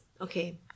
okay